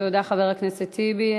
תודה, חבר הכנסת טיבי.